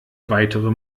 weitere